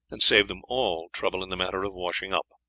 and saved them all trouble in the matter of washing up.